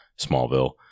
Smallville